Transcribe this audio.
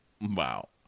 Wow